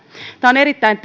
tämä on erittäin